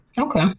okay